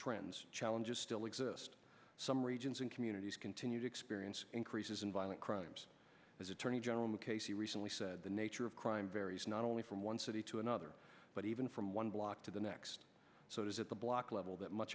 trends challenges still exist some regions and communities continue to experience increases in violent crimes as attorney general mackay see recently said the nature of crime varies not only from one city to another but even from one block to the next so it is at the block level that much